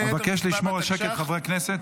אני מבקש לשמור על שקט, חברי הכנסת.